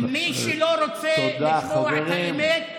מי שלא רוצה לשמוע את האמת,